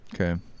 Okay